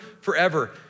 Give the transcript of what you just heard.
forever